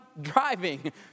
driving